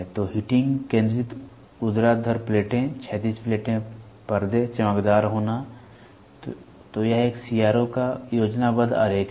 तो हीटिंग केंद्रित ऊर्ध्वाधर प्लेटें क्षैतिज प्लेटें पर्दे चमकदार होना तो यह एक CRO का योजनाबद्ध आरेख है